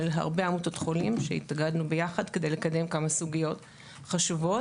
הרבה עמותות חולים שהתאגדנו יחד לקדם כמה סוגיות חשובות.